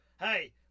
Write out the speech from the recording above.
hey